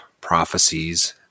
prophecies